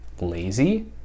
lazy